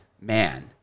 man